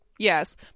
Yes